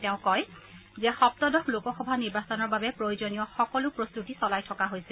তেওঁ কয় যে সপ্তদশ লোকসভা নিৰ্বাচনৰ বাবে প্ৰয়োজনীয় সকলো প্ৰস্তুতি চলাই থকা হৈছে